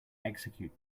execute